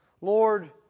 Lord